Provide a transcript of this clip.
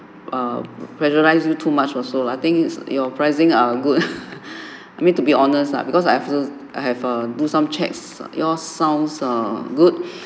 err pressurised you too much also lah I think your pricing are good I mean to be honest lah because I have to I have a do some checks your sounds err good